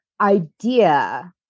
idea